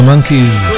Monkeys